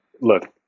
look